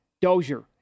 Dozier